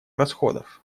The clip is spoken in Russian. расходов